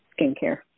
skincare